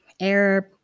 Arab